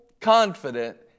confident